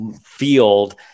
field